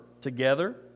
together